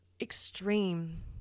extreme